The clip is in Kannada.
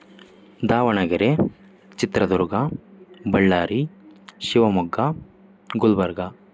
ದಾವಣಗೆರೆ ಚಿತ್ರದುರ್ಗ ಬಳ್ಳಾರಿ ಶಿವಮೊಗ್ಗ ಗುಲ್ಬರ್ಗ